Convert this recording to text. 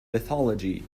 mythology